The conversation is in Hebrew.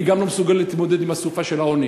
היא גם לא מסוגלת להתמודד עם הסופה של העוני.